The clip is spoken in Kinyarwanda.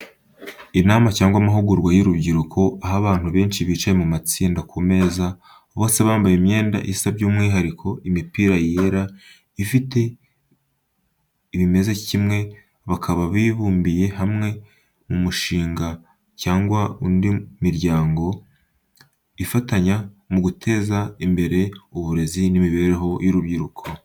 Inama cyangwa amahugurwa y’urubyiruko, aho abantu benshi bicaye mu matsinda ku meza, bose bambaye imyenda isa by'umwihariko imipira yera ifite bimeze kimwe bakaba bibumbiye hamwe mu mushinga cyangwa indi miryango ifatanya mu guteza imbere uburezi n’imibereho y’urubyiruko.